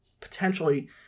potentially